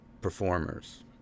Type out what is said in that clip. performers